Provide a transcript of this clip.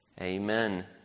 Amen